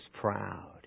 proud